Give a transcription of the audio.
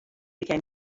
became